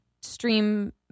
stream